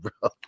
bro